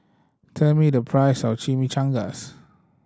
tell me the price of Chimichangas